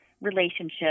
relationship